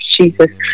Jesus